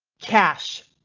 cash.